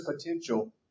potential